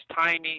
timing